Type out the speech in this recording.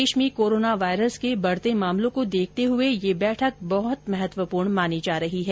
देश में corona virus के बढ़ते मामलों को देखते हुए यह बैठक बहुत महत्वपूर्ण मानी जा रही है